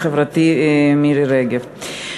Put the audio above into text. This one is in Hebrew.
חברתי מירי רגב,